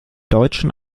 deutschen